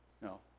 no